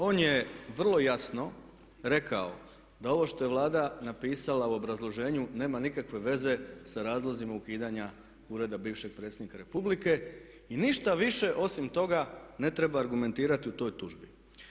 On je vrlo jasno rekao da ovo što je Vlada napisala u obrazloženju nema nikakve veze sa razlozima ukidanja ureda bivšeg predsjednika Republike i ništa više osim toga ne treba argumentirati u toj tužbi.